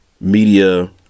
media